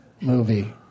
movie